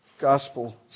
gospel